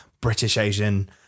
British-Asian